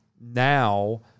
now